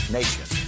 nation